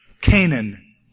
Canaan